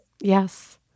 Yes